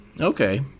Okay